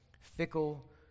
fickle